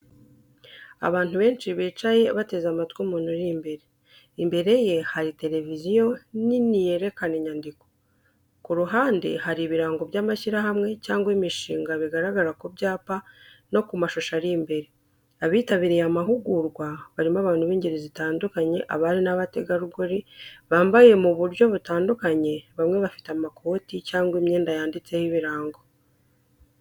Abantu benshi bicaye biteze amatwi umuntu uri imbere imbere ye hari televiziyo nini yerekana inyandiko. Ku ruhande, hari ibirango by’amashyirahamwe cyangwa imishinga bigaragara ku byapa no ku mashusho ari imbere. Abitabiriye amahugurwa barimo abantu b’ingeri zitandukanye abari n’abategarugori bambaye mu buryo butandukanye bamwe bafite amakoti cyangwa imyenda yanditseho ibirango.